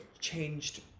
changed